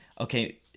okay